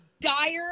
dire